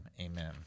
Amen